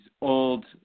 old –